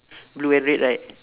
blue and red right